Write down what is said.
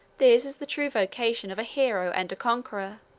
this is the true vocation of a hero and a conqueror